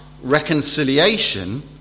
reconciliation